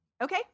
Okay